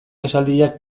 esaldiak